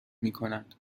میکند